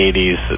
80s